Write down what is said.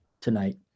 tonight